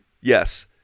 Yes